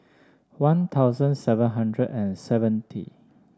One Thousand seven hundred and seventy